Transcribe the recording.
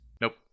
Nope